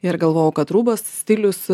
ir galvojau kad rūbas stilius